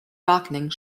darkening